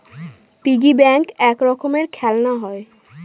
piggy bank এক রকমের খেলনা হয়